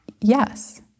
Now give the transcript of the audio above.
Yes